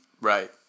Right